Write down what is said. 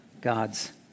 God's